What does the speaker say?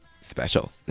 Special